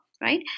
right